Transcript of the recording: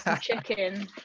chicken